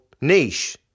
niche